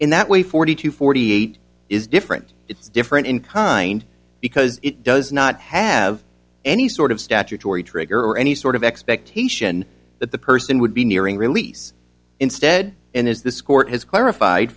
in that way forty two forty eight is different it's different in kind because it does not have any sort of statutory trigger any sort of expectation that the person would be nearing release instead and as this court has clarified